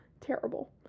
Terrible